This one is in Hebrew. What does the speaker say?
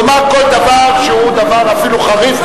לומר כל דבר שהוא דבר אפילו חריף,